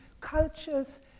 cultures